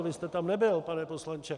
Vy jste tam nebyl, pane poslanče.